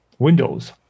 windows